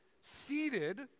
seated